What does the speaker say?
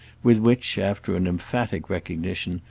with which, after an emphatic recognition,